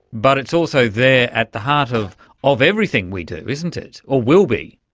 but it's also there at the heart of ah of everything we do, isn't it, or will be.